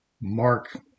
mark